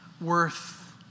worth